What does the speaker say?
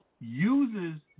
uses